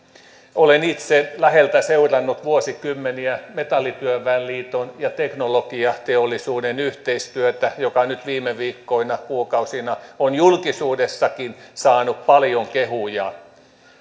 olen itse läheltä seurannut vuosikymmeniä metallityöväen liiton ja teknologiateollisuuden yhteistyötä joka nyt viime viikkoina ja kuukausina on julkisuudessakin saanut paljon kehuja